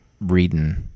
reading